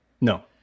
No